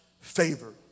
favor